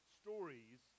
stories